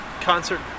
concert